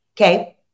Okay